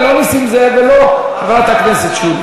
ולא נסים זאב ולא חברת הכנסת שולי.